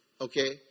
okay